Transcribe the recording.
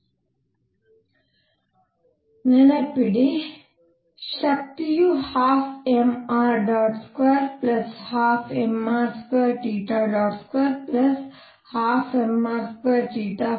ಆದ್ದರಿಂದ ನೆನಪಿಡಿ ಶಕ್ತಿಯು 12mr212mr2212mr22 kr ಗೆ ಸಮಾನವಾಗಿತ್ತು